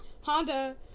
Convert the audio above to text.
Honda